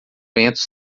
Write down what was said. ventos